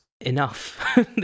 enough